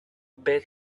but